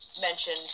mentioned